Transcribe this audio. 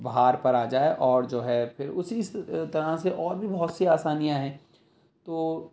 بہار پر آ جائے اور جو ہے پھر اسی اس طرح سے اور بھی بہت سی آسانیاں ہیں تو